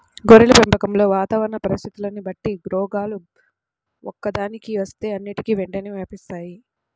గొర్రెల పెంపకంలో వాతావరణ పరిస్థితులని బట్టి రోగాలు ఒక్కదానికి వస్తే అన్నిటికీ వెంటనే వ్యాపిస్తాయి